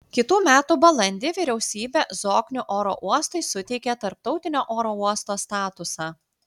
kitų metų balandį vyriausybė zoknių oro uostui suteikė tarptautinio oro uosto statusą